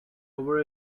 over